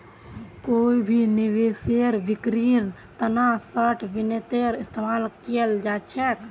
कोई भी निवेशेर बिक्रीर तना शार्ट वित्तेर इस्तेमाल कियाल जा छेक